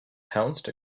pounced